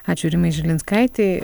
ačiū rimai žilinskaitei